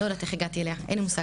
לא יודעת איך הגעתי אליה, אין לי מושג.